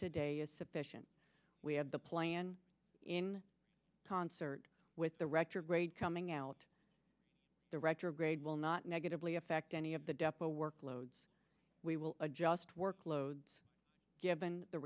today is sufficient we have the plan in concert with the retrograde coming out the retrograde will not negatively affect any of the depo workload we will adjust workload given the